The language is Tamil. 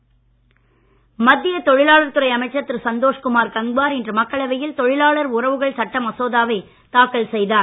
தொழில் உறவு மத்திய தொழிலாளர் துறை அமைச்சர் திரு சந்தோஷ்குமார் கங்வார் இன்று மக்களவையில் தொழிலாளர் உறவுகள் சட்ட மசோதாவை தாக்கல் செய்தார்